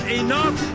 enough